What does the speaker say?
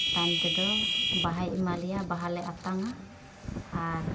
ᱛᱟᱭᱚᱢ ᱛᱮᱫᱚ ᱵᱟᱦᱟᱭ ᱮᱢᱟᱞᱮᱭᱟ ᱵᱟᱦᱟᱞᱮ ᱟᱛᱟᱝᱼᱟ ᱟᱨ